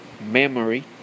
memory